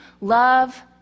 Love